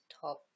top